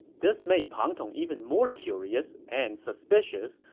this made pang tong even more curious and suspicious,